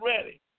ready